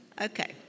Okay